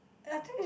I think is